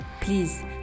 Please